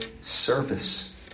service